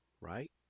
right